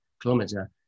kilometer